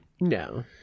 No